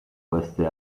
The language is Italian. queste